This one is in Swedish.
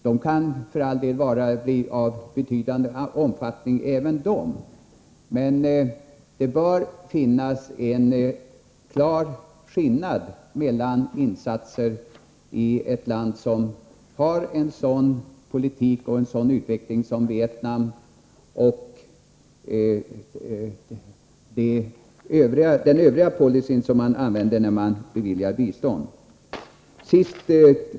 De kan för all del vara av betydande omfattning, men det bör finnas en klar skillnad mellan insatser i ett land som har en sådan politik och utveckling som Vietnam och insatser enligt den policy i övrigt som tillämpas när bistånd beviljas.